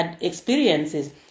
experiences